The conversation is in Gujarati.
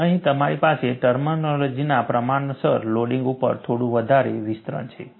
અને અહીં તમારી પાસે ટર્મિનોલોજીના પ્રમાણસર લોડિંગ ઉપર થોડું વધારે વિસ્તરણ છે